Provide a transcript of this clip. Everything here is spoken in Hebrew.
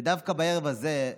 ודווקא בערב הזה,